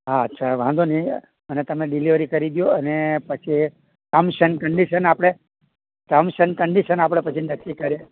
હાં તો વાંધો નહીં મને તમે ડિલિવરી કરી દ્યો ને પછી ટર્મ્સ એંડ કન્ડિશન આપણે ટર્મ્સ એંડ કન્ડિશન આપણે પછી નક્કી કરીએ